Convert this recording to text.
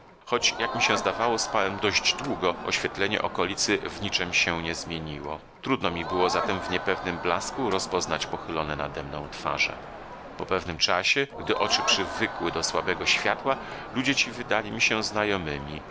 choć jak mi się zdawało spałem dość długo oświetlenie okolicy w niczem się nie zmieniło trudno mi było zatem w niepewnym blasku rozpoznać pochylone nademną twarze po pewnym czasie gdy oczy przywykły do słabego światła ludzie ci wydali mi się znajomymi